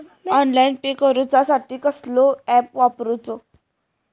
Online pay करूचा साठी कसलो ऍप वापरूचो?